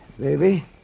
baby